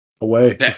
away